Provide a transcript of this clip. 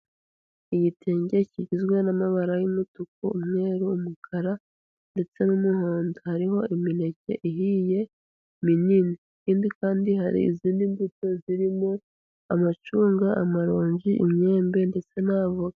Igitenge kigizwe n'amabara y'umutuku, umweru, umukara ndetse n'umuhondo, hariho imineke ihiye minini, ikindi kandi hari izindi mbuto zirimo amacunga, amaronji, imyembe ndetse na avoka.